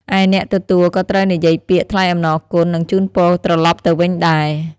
ឯអ្នកទទួលក៏ត្រូវនិយាយពាក្យ ថ្លែងអំណរគុណ និងជូនពរត្រឡប់ទៅវិញដែរ។